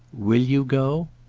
will you go?